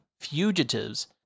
fugitives